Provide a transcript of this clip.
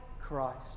Christ